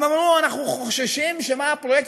הם אמרו: אנחנו חוששים שמא הפרויקט